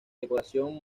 decoración